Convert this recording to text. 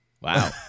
Wow